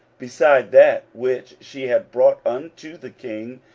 beside that which she had brought unto the king.